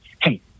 hey